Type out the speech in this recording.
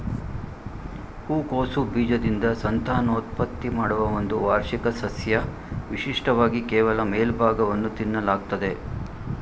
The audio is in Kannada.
ಹೂಕೋಸು ಬೀಜದಿಂದ ಸಂತಾನೋತ್ಪತ್ತಿ ಮಾಡುವ ಒಂದು ವಾರ್ಷಿಕ ಸಸ್ಯ ವಿಶಿಷ್ಟವಾಗಿ ಕೇವಲ ಮೇಲ್ಭಾಗವನ್ನು ತಿನ್ನಲಾಗ್ತದೆ